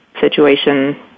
situation